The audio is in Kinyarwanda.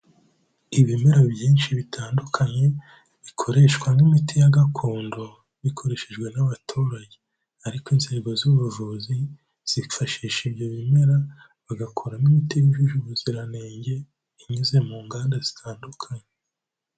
Ibimera byinshi bitandukanye bikoreshwa nk'imiti ya gakondo bikoreshejwe n'abaturage, ariko inzego z'ubuvuzi zifashisha ibyo bimera bagakoramo imiti yujuje ubuziranenge inyuze mu nganda zitandukanye.